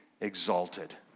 exalted